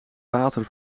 water